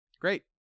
great